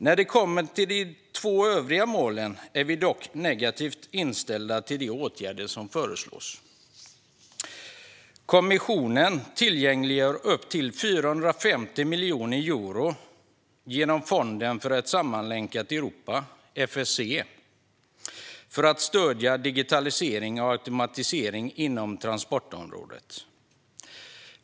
När det kommer till de två övriga målen är vi dock negativt inställda till de åtgärder som föreslås. Kommissionen tillgängliggör upp till 450 miljoner euro genom Fonden för ett sammanlänkat Europa, FSE, för att stödja digitalisering och automatisering inom transportområdet.